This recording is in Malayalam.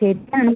ശരിയാണ്